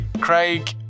Craig